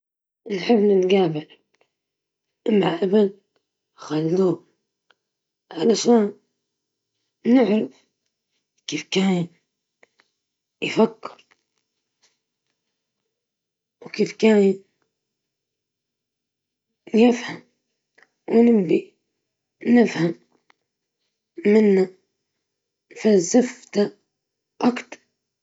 نختار عمر المختار، لأنه بطل عظيم، ونتعلم منه القوة والثبات على المبادئ.